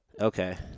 Okay